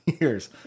years